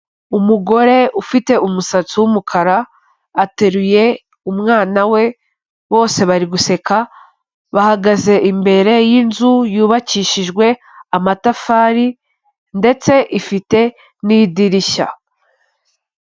Umugore ufite umusatsi w'umukara, ateruye umwana we bose bari guseka, bahagaze imbere y'inzu yubakishijwe amatafari ndetse ifite n'idirishya.